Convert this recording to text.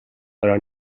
però